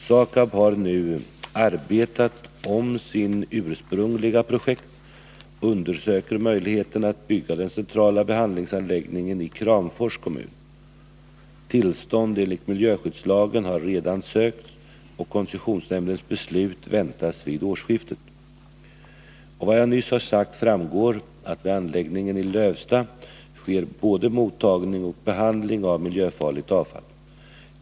SAKAB har nu arbetat om sitt ursprungliga projekt och undersöker möjligheterna att bygga den centrala behandlingsanläggningen i Kramfors kommun. Tillstånd enligt miljöskyddslagen har redan sökts, och koncessionsnämndens beslut väntas vid årsskiftet. Av vad jag nyss har sagt framgår att vid anläggningen i Lövsta sker både mottagning och behandling av miljöfarligt avfall.